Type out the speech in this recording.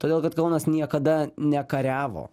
todėl kad kaunas niekada nekariavo